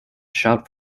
shout